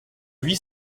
huit